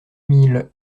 mille